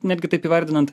netgi taip įvardinant